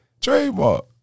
Trademark